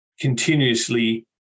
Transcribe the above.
continuously